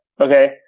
Okay